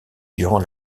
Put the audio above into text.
durant